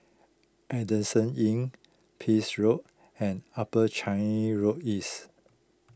Adamson Inn Pepys Road and Upper Changi Road East